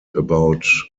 about